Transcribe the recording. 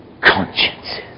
consciences